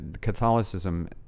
Catholicism